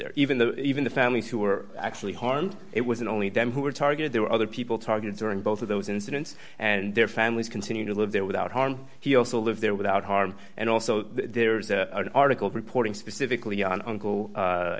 there even though even the families who were actually harmed it was it only them who were targeted there were other people targeted during both of those incidents and their families continue to live there without harm he also lives there without harm and also there is a article reporting specifically